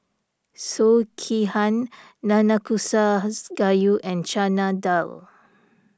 Sekihan Nanakusa Gayu and Chana Dal